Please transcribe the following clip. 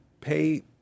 pay